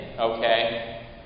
Okay